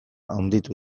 handitu